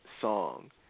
song